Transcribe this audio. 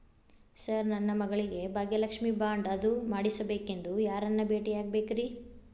Sir ನನ್ನ ಮಗಳಿಗೆ Bhagyalakshmi bond ಅದು ಮಾಡಿಸಬೇಕೆಂದು ಯಾರನ್ನ ಭೇಟಿಯಾಗಬೇಕ್ರಿ?